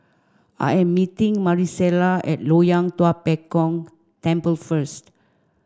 I am meeting Marisela at Loyang Tua Pek Kong Temple first